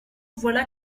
voilà